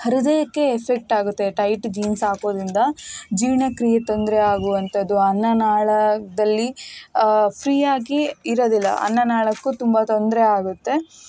ಹೃದಯಕ್ಕೆ ಎಫೆಕ್ಟ್ ಆಗುತ್ತೆ tight jeans ಹಾಕೋದರಿಂದ ಜೀರ್ಣಕ್ರಿಯೆ ತೊಂದರೆ ಆಗುವಂಥದ್ದು ಅನ್ನನಾಳದಲ್ಲಿ ಫ್ರೀಯಾಗಿ ಇರೋದಿಲ್ಲ ಅನ್ನನಾಳಕ್ಕೂ ತುಂಬ ತೊಂದರೆ ಆಗುತ್ತೆ